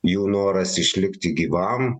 jų noras išlikti gyvam